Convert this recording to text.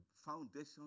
foundation